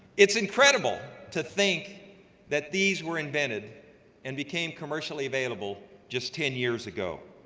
it's incredible to think that these were invented and became commercially available just ten years ago,